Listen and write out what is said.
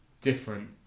different